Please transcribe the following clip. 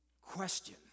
question